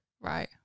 Right